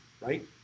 right